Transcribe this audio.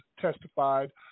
testified